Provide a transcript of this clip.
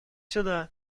сюда